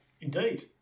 Indeed